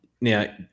Now